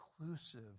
inclusive